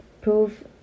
prove